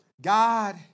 God